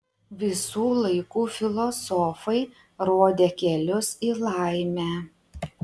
visų laikų filosofai rodė kelius į laimę